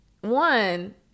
one